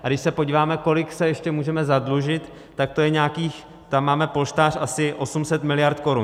A když se podíváme, kolik se ještě můžeme zadlužit, tak to je nějakých, tam máme polštář asi 800 mld. korun.